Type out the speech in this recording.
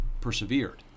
persevered